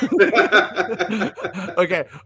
Okay